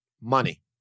Money